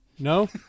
No